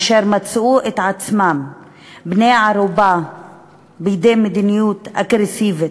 אשר מצאו את עצמם בני ערובה בידי מדיניות אגרסיבית,